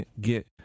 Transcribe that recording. get